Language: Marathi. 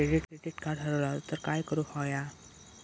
क्रेडिट कार्ड हरवला तर काय करुक होया?